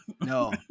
no